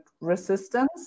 resistance